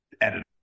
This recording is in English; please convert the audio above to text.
editor